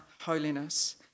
holiness